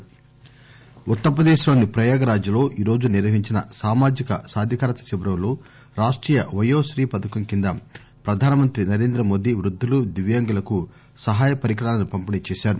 PM Uttar Pradesh లోని Prayagraj లో ఈ రోజు నిర్వహించిన సామాజిక సాధికారిత శిబిరంలో రాష్టీయ వయో శ్రీ పథకం కింద ప్రధాన మంత్రి నరేంద్ర మోదీ వృద్దులు దివ్యాంగులకు సహాయ పరికరాలను పంపిణీ చేశారు